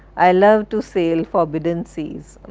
i love to sail forbidden seas,